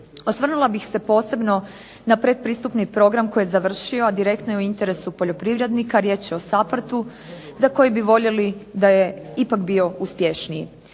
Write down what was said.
Osvrnula bih se posebno na predpristupni program koji je završio, a direktno je u interesu poljoprivrednika, riječ je o SAPHARDU za koji bi voljeli da je ipak bio uspješniji.